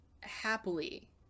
happily